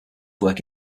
work